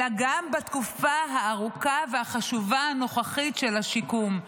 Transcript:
אלא גם בתקופה הארוכה והחשובה הנוכחית של השיקום.